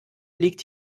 liegt